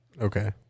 okay